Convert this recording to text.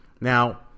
Now